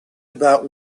about